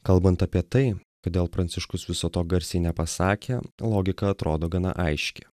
kalbant apie tai kodėl pranciškus viso to garsiai nepasakė logika atrodo gana aiški